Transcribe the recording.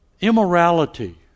immorality